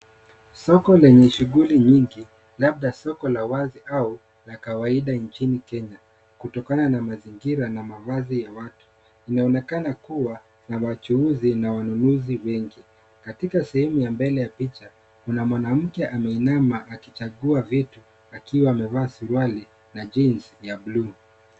Soko lenye shughuli nyingi labda soko la wazi au la kawaida nchini Kenya kutokana na mazingira na mavazi ya watu. Inaonekana kuwa ni wachuuzi na wanunuzi wengi. Katika sehemu ya mbele ya picha kuna mwanamke ameinama akichagua vitu akiwa amevaa suruali na jeans ya bluu.